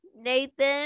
Nathan